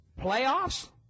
Playoffs